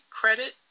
credit